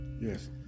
Yes